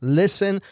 listen